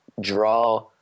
draw